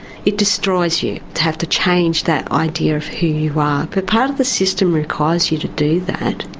it destroys you, to have to change that idea of who you are, but part of the system requires you to do that.